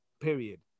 period